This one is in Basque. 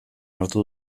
hartu